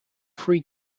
free